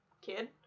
kid